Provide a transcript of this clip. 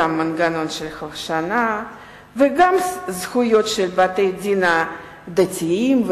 גם מנגנון של הלשנה וגם זכויות של בתי-דין דתיים,